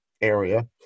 area